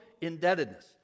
indebtedness